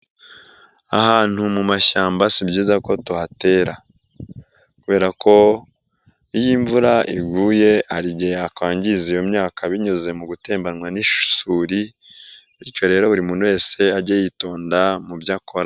Ahantu mu mashyamba si byiza ko tuhatera kubera ko iyo imvura iguye hari igihe yakwangiza iyo myaka binyuze mu gutebanywa n'isuri bityo rero buri muntu wese ajye yitonda mu byo akora.